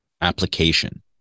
application